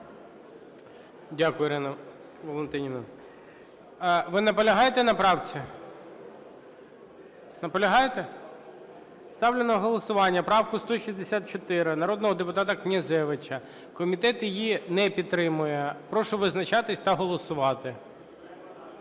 Дякую, Ірино Валентинівно. Ви наполягаєте на правці? Наполягаєте? Ставлю на голосування правку 164 народного депутата Князевича. Комітет її не підтримує. Прошу визначатися та голосувати.